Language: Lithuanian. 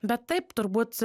bet taip turbūt